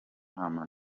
inama